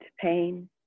pain